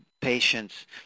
patients